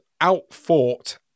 out-fought